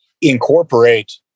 incorporate